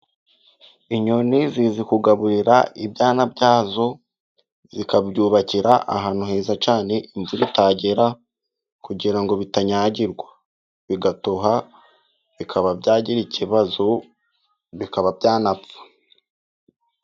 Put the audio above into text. Inyoni zizi kugaburira ibyana byazo zikabyubakira ahantu heza cyane imvura itagera kugira ngo bitanyagirwa bigatoha bikaba byagira ikibazo bikaba byanapfa.